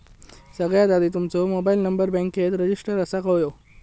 सगळ्यात आधी तुमचो मोबाईल नंबर बॅन्केत रजिस्टर असाक व्हयो